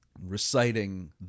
reciting